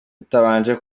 batabanje